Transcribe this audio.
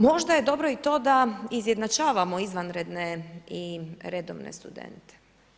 Možda je dobro i to da izjednačavamo izvanredne i redovne studente.